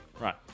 Right